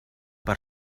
per